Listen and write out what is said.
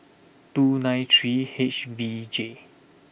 two nine three H V J